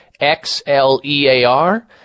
x-l-e-a-r